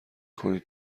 کنید